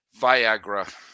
Viagra